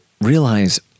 realize